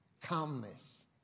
calmness